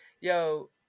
yo